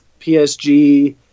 PSG